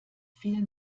viel